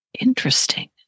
Interesting